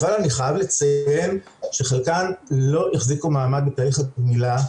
אבל אני חייב לציין שחלקן לא החזיקו מעמד בתהליך הגמילה,